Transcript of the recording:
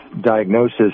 diagnosis